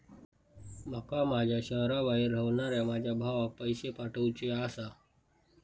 माका माझ्या शहराबाहेर रव्हनाऱ्या माझ्या भावाक पैसे पाठवुचे आसा